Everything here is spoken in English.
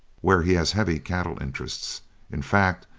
where he has heavy cattle interests in fact,